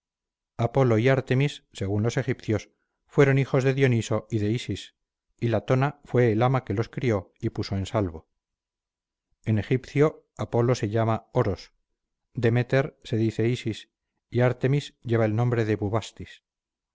apolo y artemis según los egipcios fueron hijos de dioniso y de isis y latona fue el ama que los crió y puso en salvo en egipcio apolo se llama oros demeter se dice isis y artemis lleva el nombre de bubastis